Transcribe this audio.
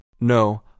No